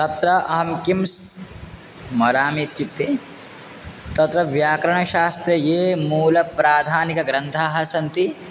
तत्र अहं किं स्मरामित्युक्ते तत्र व्याकरणशास्त्रे ये मूलप्राधानिकग्रन्थाः सन्ति